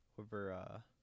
over